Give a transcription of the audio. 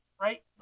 right